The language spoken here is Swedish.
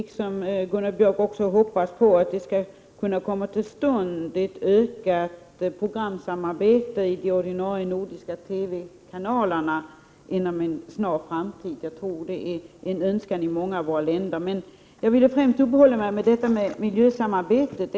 Herr talman! Jag vill först säga att jag liksom Gunnar Björk hoppas att ett ökat programsamarbete skall komma till stånd i de ordinarie nordiska TV-kanalerna inom en snar framtid. Jag tror att det är en önskan i flera av våra länder. Men jag vill främst uppehålla mig vid miljösamarbetet.